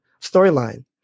storyline